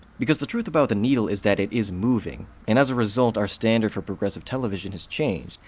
because the truth about the needle is that it is moving, and as a result, our standard for progressive television has changed,